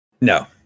No